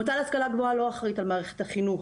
המועצה להשכלה גבוהה לא אחראית על מערכת החינוך,